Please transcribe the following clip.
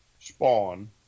spawn